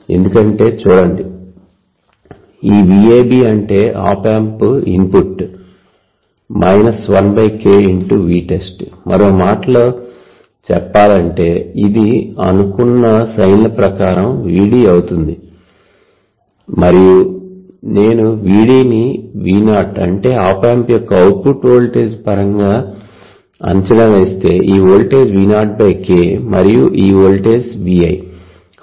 ఎందుకంటే చూడండి ఈ VAB అంటే op amp input 1K × Vtest మరో మాటలో చెప్పాలంటే ఇది అనుకున్న సైన్ ల ప్రకారం Vd అవుతుంది మరియు నేను Vd ని V0 అంటే ఆప్ ఆంప్ యొక్క అవుట్పుట్ వోల్టేజ్ పరంగా అంచనా వేస్తే ఈ వోల్టేజ్ V0K మరియు ఈ వోల్టేజ్ V i